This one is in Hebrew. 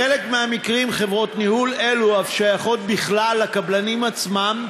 בחלק מהמקרים חברות ניהול אלו אף שייכות בכלל לקבלנים עצמם,